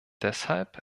deshalb